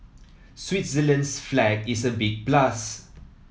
Switzerland's flag is a big plus